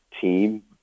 team